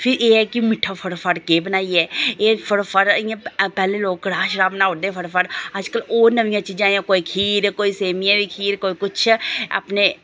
फ्ही एह् ऐ कि मिट्ठा फटोफट केह् बनाइयै एह् फटोफट इ'यां पैह्ले लोक कड़ा शड़ा बनाई ओड़दे फटाफट अजकल और नमियां चीजां जि'यां कोई खीर कोई सेवियें दी खीर कोई किश अपने